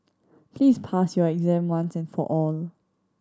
please pass your exam once and for all